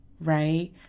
right